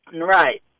right